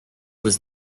was